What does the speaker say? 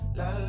la